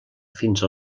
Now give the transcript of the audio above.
fins